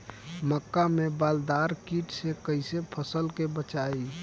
मक्का में बालदार कीट से कईसे फसल के बचाई?